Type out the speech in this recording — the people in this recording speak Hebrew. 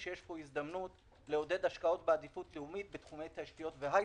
זה תשתיות תקשורת, תשתיות מים, תשתיות תיירות,